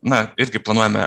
na irgi planuojame